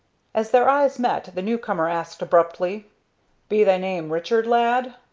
as their eyes met, the new-comer asked, abruptly be thy name richard, lad?